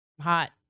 Hot